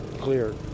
clear